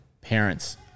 parents